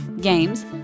games